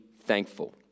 thankful